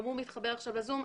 גם הוא מתחבר עכשיו ל-זום.